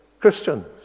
Christians